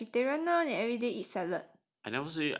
then you be vegetarian lor everyday eat salad